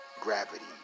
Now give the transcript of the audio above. gravity